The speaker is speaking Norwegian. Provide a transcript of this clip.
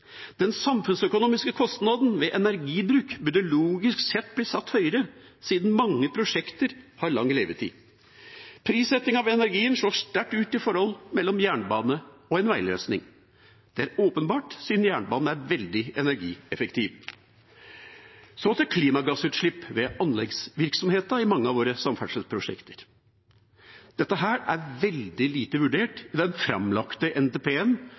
Den samfunnsøkonomiske kostnaden ved energibruk burde logisk sett bli satt høyere, siden mange prosjekter har lang levetid. Prissettingen på energi slår sterkt ut i forholdet mellom jernbane og en veiløsning. Det er åpenbart, siden jernbanen er veldig energieffektiv. Så til klimagassutslipp ved anleggsvirksomheten i mange av våre samferdselsprosjekt. Dette er veldig lite vurdert i den framlagte